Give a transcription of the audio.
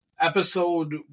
Episode